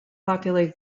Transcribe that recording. popular